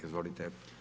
Izvolite.